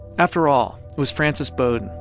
after all, it was frances bowden,